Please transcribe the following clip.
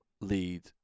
lead